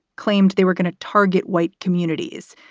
claimed they were going to target white communities,